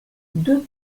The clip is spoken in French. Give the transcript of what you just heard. deux